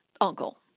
uncle